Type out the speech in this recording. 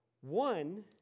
One